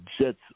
Jets